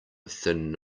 thin